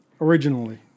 originally